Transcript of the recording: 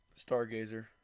stargazer